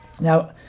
Now